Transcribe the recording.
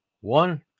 one